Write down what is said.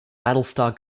battlestar